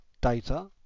data